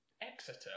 Exeter